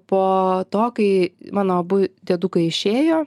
po to kai mano abu diedukai išėjo